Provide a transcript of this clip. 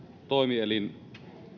toimielin